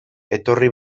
etorri